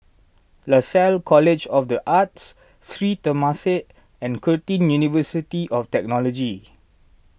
Lasalle College of the Arts Sri Temasek and Curtin University of Technology